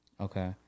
Okay